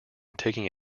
taking